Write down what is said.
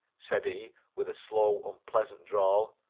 said he, with a slow, unpleasant drawl,